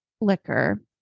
liquor